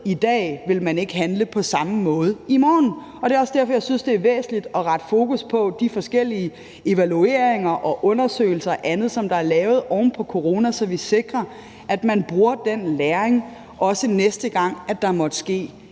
ved i dag, ikke handle på samme måde i morgen. Det er også derfor, jeg synes, det er væsentligt at rette fokus på de forskellige evalueringer, undersøgelser og andet, der er lavet oven på corona, så vi sikrer, at man bruger den læring, også næste gang der måtte